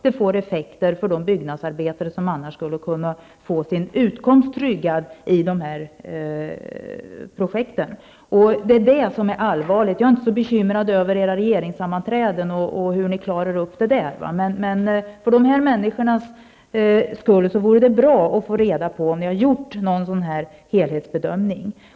Det får också effekter för de byggnadsarbetare som annars skulle kunna få sin utkomst tryggad i dessa projekt. Detta är det allvarliga. Jag är inte bekymrad över era regeringssammanträden. Men för dessa människors skull vore det bra att få reda på om ni har gjort någon helhetsbedömning.